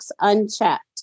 unchecked